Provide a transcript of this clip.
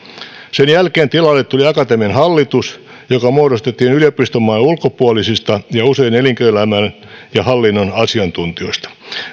sen jälkeen tilalle tuli akatemian hallitus joka muodostettiin yliopistomaailman ulkopuolisista ja usein elinkeinoelämän ja hallinnon asiantuntijoista